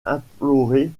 implorer